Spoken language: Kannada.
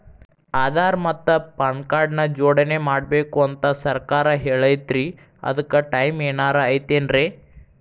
ಆಧಾರ ಮತ್ತ ಪಾನ್ ಕಾರ್ಡ್ ನ ಜೋಡಣೆ ಮಾಡ್ಬೇಕು ಅಂತಾ ಸರ್ಕಾರ ಹೇಳೈತ್ರಿ ಅದ್ಕ ಟೈಮ್ ಏನಾರ ಐತೇನ್ರೇ?